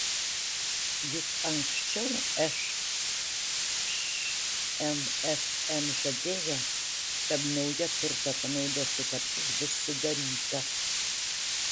juk anksčiau šmsm žadėjo kad nauja turto panaudos sutartis bus sudaryta